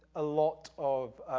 a lot of,